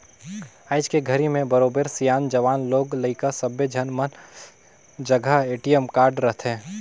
आयज के घरी में बरोबर सियान, जवान, लोग लइका सब्बे झन मन जघा ए.टी.एम कारड रथे